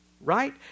right